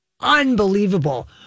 unbelievable